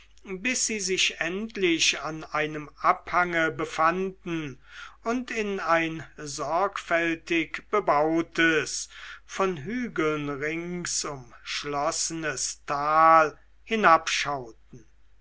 bis sie sich endlich an einem abhange befanden und in ein sorgfältig bebautes von hügeln rings umschlossenes tal